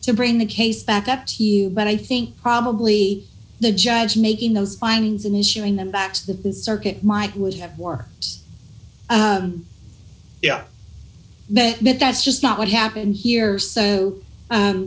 to bring the case back up to you but i think probably the judge making those fines and issuing them back to the circuit might would have worked but that's just not what happened here so